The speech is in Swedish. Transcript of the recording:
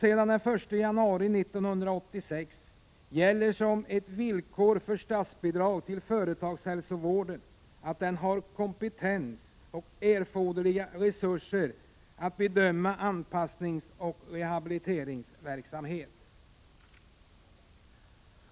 Sedan den 1 januari 1986 gäller som ett villkor för statsbidrag till företagshälsovården att den har kompetens och erforderliga resurser att bedöma anpassningsoch rehabiliteringsverksamhet.